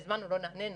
לא נענינו,